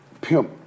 pimp